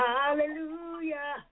Hallelujah